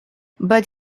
but